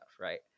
right